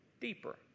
deeper